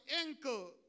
ankle